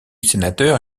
sénateur